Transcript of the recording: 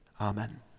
amen